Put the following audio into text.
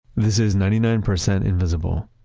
this is ninety nine percent invisible.